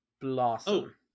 Blossom